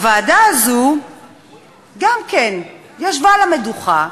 הוועדה הזאת גם היא ישבה על המדוכה,